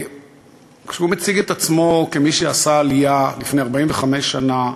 כשהוא מציג את עצמו כמי שעשה עלייה לפני 45 שנה,